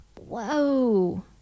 Whoa